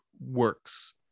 works